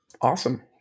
Awesome